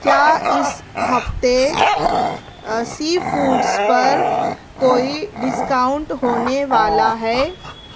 کیا اس ہفتے سی فوڈس پر کوئی ڈسکاؤنٹ ہونے والا ہے